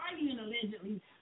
Allegedly